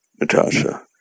Natasha